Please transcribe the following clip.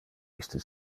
iste